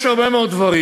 יש הרבה מאוד דברים.